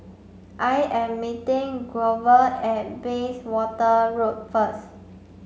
I am meeting Grover at Bayswater Road first